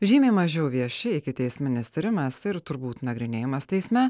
žymiai mažiau vieši ikiteisminis tyrimas ir turbūt nagrinėjimas teisme